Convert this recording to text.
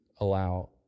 allow